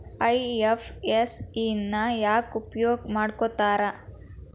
IFSC ನ ಯಾಕ್ ಉಪಯೊಗ್ ಮಾಡಾಕತ್ತಾರ?